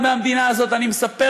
לזה, אבל אני מאלו